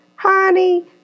Honey